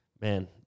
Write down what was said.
Man